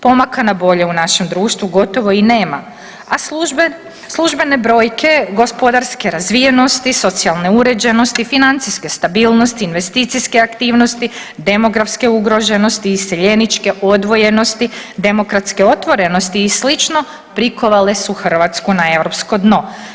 Pomaka na bolje u našem društvu gotovo i nema, a službe, službene brojke gospodarske razvijenosti, socijalne uređenosti, financijske stabilnosti, investicijske aktivnosti, demografske ugroženosti, iseljeničke odvojenosti, demokratske otvorenosti i slično prikovale su Hrvatsku na europsko dno.